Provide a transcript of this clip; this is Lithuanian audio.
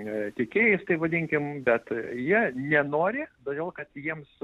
tiekėjais taip vadinkime bet jie nenori todėl kad jiems